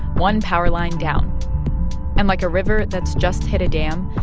one power line down and like a river that's just hit a dam,